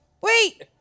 wait